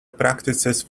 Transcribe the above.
practices